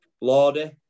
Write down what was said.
Lordy